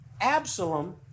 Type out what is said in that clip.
Absalom